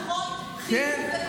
שההתקנים,